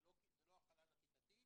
זה לא החלל הכיתתי.